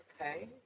okay